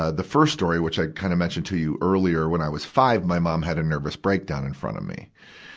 ah the first story, which i kinda kind of mentioned to you earlier. when i was five, my mom had a nervous breakdown in front of me.